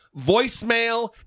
voicemail